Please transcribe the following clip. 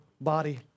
body